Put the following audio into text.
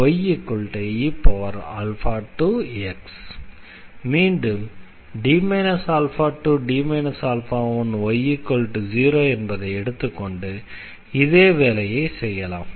⟹dydx2y⟹ye2x மீண்டும் D 2D α1y0 என்பதை எடுத்துக்கொண்டு இதே வேலையை செய்யலாம்